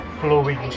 flowing